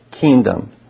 kingdom